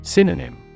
Synonym